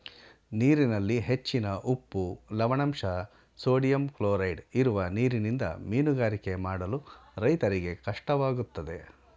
ನೀರಿನಲ್ಲಿ ಹೆಚ್ಚಿನ ಉಪ್ಪು, ಲವಣದಂಶ, ಸೋಡಿಯಂ ಕ್ಲೋರೈಡ್ ಇರುವ ನೀರಿನಿಂದ ಮೀನುಗಾರಿಕೆ ಮಾಡಲು ರೈತರಿಗೆ ಕಷ್ಟವಾಗುತ್ತದೆ